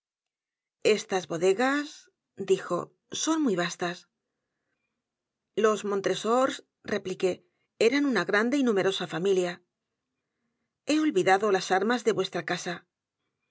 s bodegas dijo son muy vastas los montresors repliqué eran una grande y numerosa familia he olvidado las armas de vuestra casa